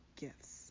gifts